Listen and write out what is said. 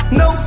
no